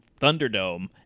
Thunderdome